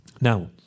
Now